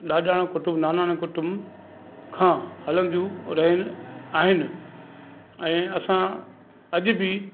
ॾाॾाणा कुटुंब नानाणा कुटुंब खां हलंदियूं रहियूं आहिनि ऐं असां अॼ बि